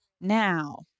now